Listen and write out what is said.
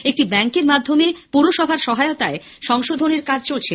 একটি ব্যাঙ্কের মাধ্যমে পুরসভার সহায়তায় সংশোধনের কাজ চলছিল